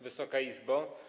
Wysoka Izbo!